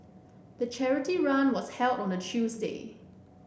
the charity run was held on a Tuesday